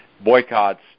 boycotts